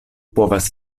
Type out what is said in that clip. povas